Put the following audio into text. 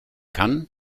kann